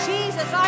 Jesus